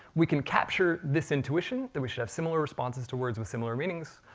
we can capture this intuition that we should have similar responses to words with similar meanings,